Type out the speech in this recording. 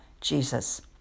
Jesus